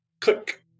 Click